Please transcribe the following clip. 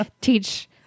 teach